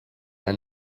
and